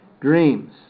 dreams